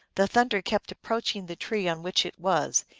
the thunder kept approaching the tree on which it was,